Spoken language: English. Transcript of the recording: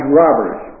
robbers